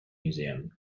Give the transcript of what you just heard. museum